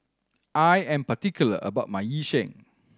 I am particular about my Yu Sheng